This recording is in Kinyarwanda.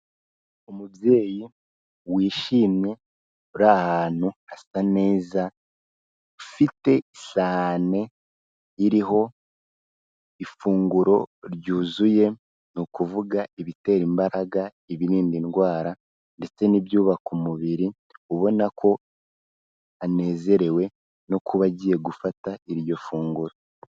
Umubyeyi wishimye uri ahantutu hasa neza, ufite isahane iriho ifunguro ryuzuye, ni ukuvuga ibitera imbaraga, ibrinda indwara ndetse n'ibyubaka umubiri, ubona ko anezerewe no kuba agiye gufata iryo funguro.